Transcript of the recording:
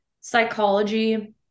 psychology